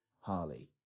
Harley